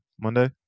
Monday